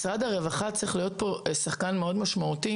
משרד הרווחה צריך להיות שחקן מאוד משמעותי.